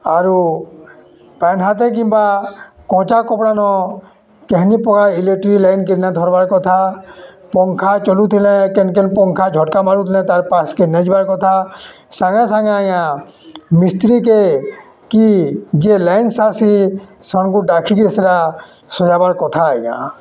ଆରୁ ପାଏନ୍ ହାତେ କିମ୍ବା କଞ୍ଚା କପ୍ଡ଼ା ନ କେହେନି ପ୍ରକାର୍ ଇଲେକ୍ଟ୍ରିକ୍ ଲାଇନ୍କେ ନାଇ ଧରବାର୍ କଥା ପଙ୍ଖା ଚଲୁଥିଲେ କେନ୍ କେନ୍ ପଙ୍ଖା ଝଟ୍କା ମାରୁଥିଲେ ତା'ର୍ ପାସ୍କେ ନାଇ ଯିବାର୍ କଥା ସାଙ୍ଗେ ସାଙ୍ଗେ ଆଜ୍ଞା ମିସ୍ତ୍ରୀ'କେ କି ଯିଏ ଲାଇନ୍ ସାଜ୍ସି ସେମାନ୍କୁ ଡାକିକିରି ସେଟାକେ ସଜାବାର୍ କଥା ଆଜ୍ଞା